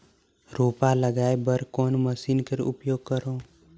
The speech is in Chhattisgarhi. रोपा लगाय बर कोन मशीन कर उपयोग करव?